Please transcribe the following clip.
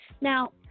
Now